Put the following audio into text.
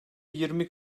yirmi